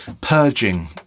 Purging